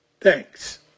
Thanks